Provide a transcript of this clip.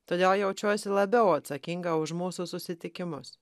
todėl jaučiuosi labiau atsakinga už mūsų susitikimus